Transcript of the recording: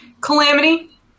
Calamity